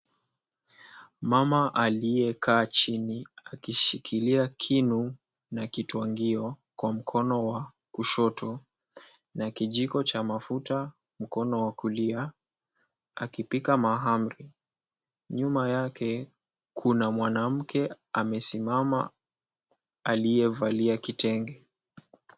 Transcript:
Mama aliyekaa chini, akishikilia kinu na kitwangio, kwa mkono wa kushoto. Na kijiko cha mafuta mkono wa kulia, akipika mahamri. Nyuma yake kuna mwanamke amesimama, aliyevalia kitenge.